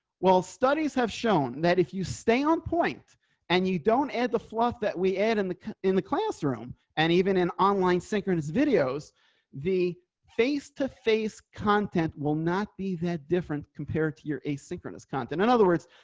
well, studies have shown that if you stay on point and you don't add the fluff that we add in the in the classroom and even in online synchronous videos. jonathan weissman the face to face content will not be that different compared to your asynchronous content. in other words,